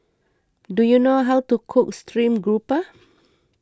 do you know how to cook Stream Grouper